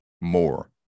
more